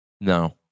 No